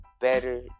better